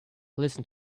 listen